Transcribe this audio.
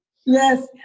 Yes